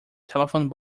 telephone